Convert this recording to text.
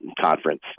conference